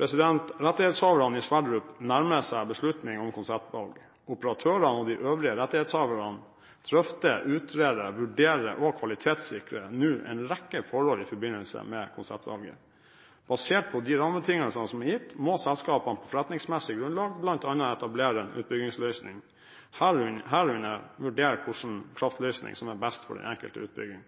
Rettighetshaverne på Sverdrup-feltet nærmer seg beslutning om konseptvalg. Operatørene og de øvrige rettighetshaverne drøfter, utreder, vurderer og kvalitetssikrer nå en rekke forhold i forbindelse med konseptvalget. Basert på de rammebetingelsene som er gitt, må selskapene på forretningsmessig grunnlag bl.a. etablere en utbyggingsløsning, herunder vurdere hvilken kraftløsning som er best for den enkelte utbygging.